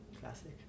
Classic